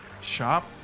shop